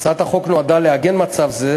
הצעת החוק נועדה לעגן מצב זה,